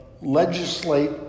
legislate